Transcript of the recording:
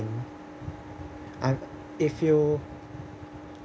I if you